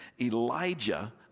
Elijah